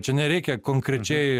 čia nereikia konkrečiai